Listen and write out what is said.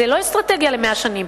זאת לא אסטרטגיה ל-100 שנים,